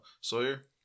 Sawyer